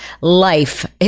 life